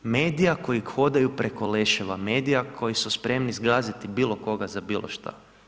Medija koji hodaju preko leševa, medija koji su spremni zgaziti bilo koga za bilo šta.